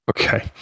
Okay